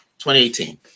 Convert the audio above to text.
2018